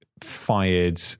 fired